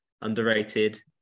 underrated